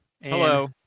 Hello